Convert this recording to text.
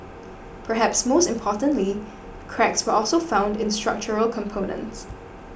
perhaps most importantly cracks were also found in structural components